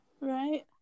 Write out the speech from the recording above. Right